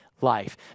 life